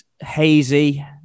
Hazy